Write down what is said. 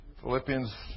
Philippians